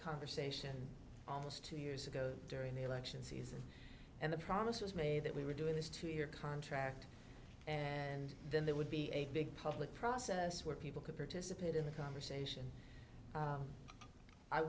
conversation almost two years ago during the election season and the promise was made that we were doing this two year contract and then there would be a big public process where people could participate in the conversation